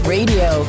Radio